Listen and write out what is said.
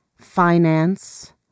finance